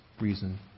reason